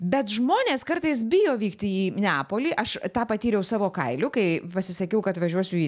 bet žmonės kartais bijo vykti į neapolį aš tą patyriau savo kailiu kai pasisakiau kad važiuosiu į